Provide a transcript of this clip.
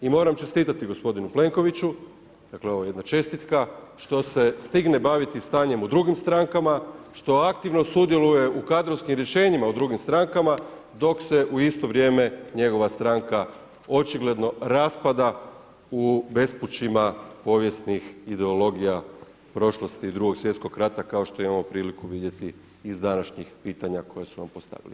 I moram čestitati gospodinu Plenkoviću, dakle ovo je jedna čestitka što se stigne baviti stanjem u drugim strankama, što aktivno sudjeluje u kadrovskim rješenjima u drugim strankama dok se u isto vrijeme njegova stranka, očigledno, raspada u bespućima povijesnih ideologija prošlosti Drugog svjetskog rata kao što imamo priliku vidjeti iz današnjih pitanja koja su vam postavili.